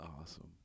awesome